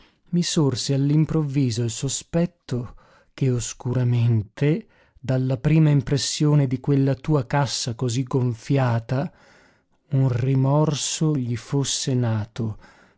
sorse all'improvviso il sospetto che oscuramente dalla prima impressione di quella tua cassa così gonfiata un rimorso gli fosse nato